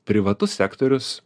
privatus sektorius